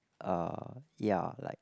uh ya like